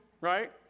right